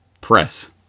press